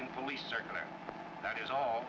in police circular that is all